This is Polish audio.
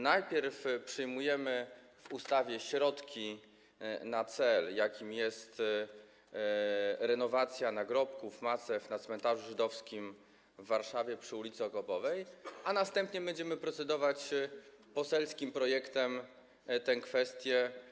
Najpierw przyjmujemy w ustawie środki na cel, jakim jest renowacja nagrobków, macew na cmentarzu żydowskim w Warszawie przy ul. Okopowej, a następnie będziemy procedować nad poselskim projektem w tej kwestii.